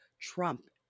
Trump